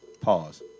Pause